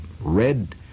red